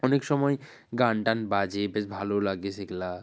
অনেক সময় গান টান বাজে বেশ ভালোও লাগে সেগুলো